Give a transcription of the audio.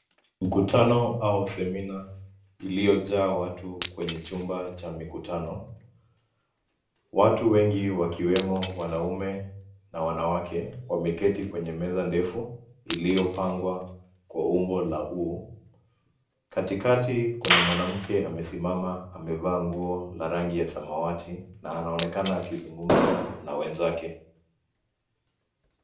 Mkutano au semina iliyojaa watu kwenye chumba cha mikutano. Watu wengi wakiwemo wanaume na wanawake wameketi kwenye meza ndefu iliyopangwa kwa umbo la U. Katikati kuna mwanamke amesimama amevaa nguo la rangi ya samawati na anaonekana akizungumza na wenzake.